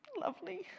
lovely